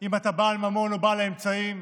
אם אתה בעל ממון, בעל אמצעים,